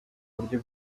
buryo